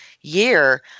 year